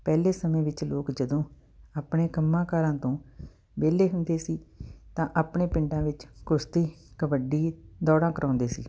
ਪਹਿਲੇ ਸਮੇਂ ਵਿੱਚ ਲੋਕ ਜਦੋਂ ਆਪਣੇ ਕੰਮਾਂਕਾਰਾਂ ਤੋਂ ਵਿਹਲੇ ਹੁੰਦੇ ਸੀ ਤਾਂ ਆਪਣੇ ਪਿੰਡਾਂ ਵਿੱਚ ਕੁਸ਼ਤੀ ਕਬੱਡੀ ਦੌੜਾਂ ਕਰਵਾਉਂਦੇ ਸੀ